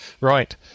Right